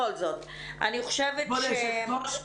כבוד היושבת ראש.